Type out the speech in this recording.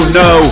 no